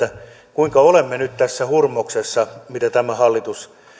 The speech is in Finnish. kuinka olemme nyt tässä hurmoksessa miten tämä hallitus